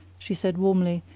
she said warmly,